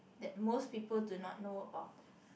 that most people do not know about